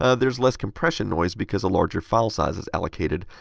ah there is less compression noise, because a larger file size is allocated.